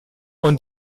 und